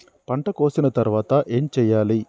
పంట కోసిన తర్వాత ఏం చెయ్యాలి?